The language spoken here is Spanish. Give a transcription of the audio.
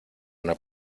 una